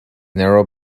narrow